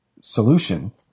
solution